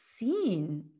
seen